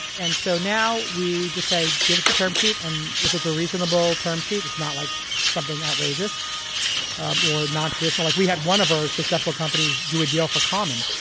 and so now, we just say give us the term sheet and if it's a reasonable term sheet, it's not like something outrageous or non-traditional, like we had one of our successful companies do a deal for common